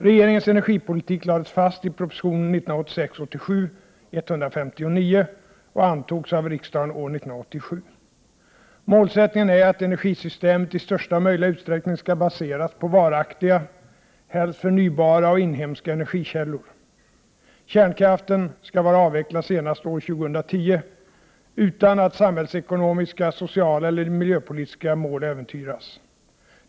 Regeringens energipolitik lades fast i proposition 1986/87:159 och antogs av riksdagen år 1987. Målsättningen är att energisystemet i största möjliga utsträckning skall baseras på varaktiga, helst förnybara och inhemska, energikällor. Kärnkraften skall vara avvecklad senast år 2010, utan att samhällsekonomiska, sociala eller miljöpolitiska mål äventyras.